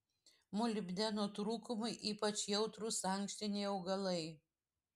molibdeno trūkumui ypač jautrūs ankštiniai augalai